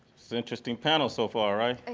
interesting panel so far. right?